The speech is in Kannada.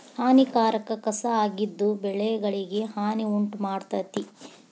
ಹಾನಿಕಾರಕ ಕಸಾ ಆಗಿದ್ದು ಬೆಳೆಗಳಿಗೆ ಹಾನಿ ಉಂಟಮಾಡ್ತತಿ